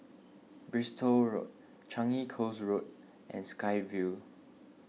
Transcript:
Bristol Road Changi Coast Road and Sky Vue